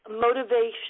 motivation